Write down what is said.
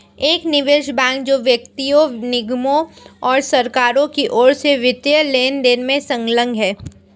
एक निवेश बैंक जो व्यक्तियों निगमों और सरकारों की ओर से वित्तीय लेनदेन में संलग्न है